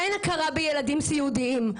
אין הכרה בילדים סיעודיים.